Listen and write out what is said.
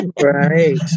Right